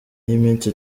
y’iminsi